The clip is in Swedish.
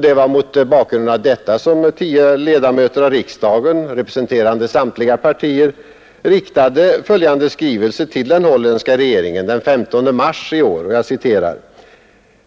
Det var mot denna bakgrund som tio ledamöter av riksdagen, representerande samtliga partier, riktade följande skrivelse till den holländska regeringen den 15 mars i år: